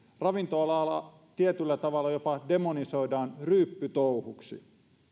ravintola ala tietyllä tavalla jopa demonisoidaan ryyppytouhuksi